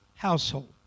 household